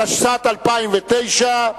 התשס"ט 2009,